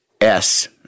S-